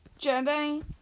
Jedi